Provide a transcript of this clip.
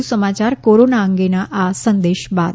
વધુ સમાચાર કોરોના અંગેના આ સંદેશ બાદ